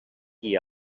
qui